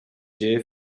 dzieje